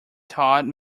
todd